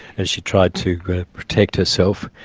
as she tried to protect herself.